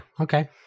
okay